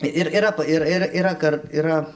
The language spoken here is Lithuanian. ir yra ir ir yra kart yra